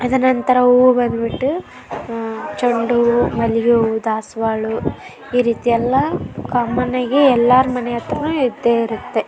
ಅದು ನಂತರ ಹೂವು ಬಂದುಬಿಟ್ಟು ಚೆಂಡು ಹೂವು ಮಲ್ಲಿಗೆ ಹೂವು ದಾಸ್ವಾಳ ಹೂವು ಈ ರೀತಿ ಎಲ್ಲ ಕಾಮನ್ನಾಗಿ ಎಲ್ಲರ ಮನೆ ಹತ್ರನೂ ಇದ್ದೇ ಇರುತ್ತೆ